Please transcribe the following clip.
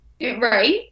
Right